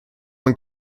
man